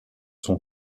son